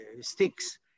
sticks